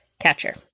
catcher